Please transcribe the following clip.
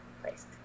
place